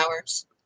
hours